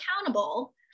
accountable